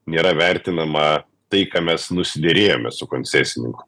nėra vertinama tai ką mes nusiderėjome su koncesininku